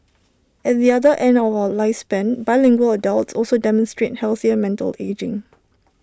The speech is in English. at the other end of our lifespan bilingual adults also demonstrate healthier mental ageing